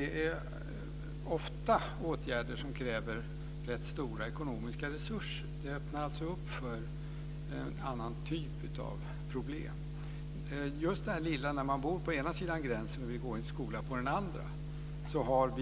Det är ofta åtgärder som kräver rätt stora ekonomiska resurser. Det öppnar för en annan typ av problem. Så till detta att man bor på ena sidan gränsen och vill gå i en skola på den andra. Vi har